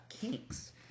kinks